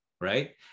right